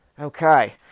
okay